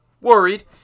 worried